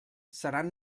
seran